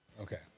Okay